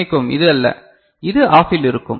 மன்னிக்கவும் இது அல்ல இது ஆஃபில் இருக்கும்